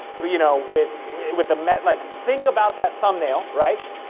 you know, with with a met, like think about that thumbnail, right?